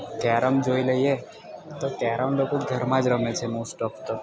carrom જોઈ લઈએ તો કેરમ લોકો ઘરમાં જ રમે છે મોસ્ટ ઓફ તો